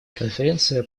конференция